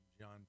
John